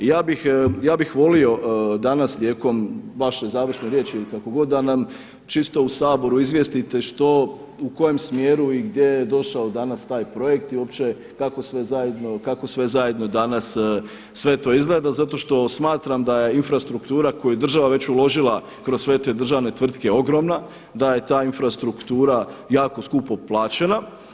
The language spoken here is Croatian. I ja bih volio danas tijekom vaše završne riječi ili kako god da nam čisto u Saboru izvijestite što u kojem smjeru i gdje je došao danas taj projekt i uopće kako sve zajedno danas sve to izgleda zato što smatram da je infrastruktura koju je država već uložila kroz sve te državne tvrtke ogromna, da je ta infrastruktura jako skupo plaćena.